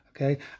okay